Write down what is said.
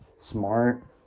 smart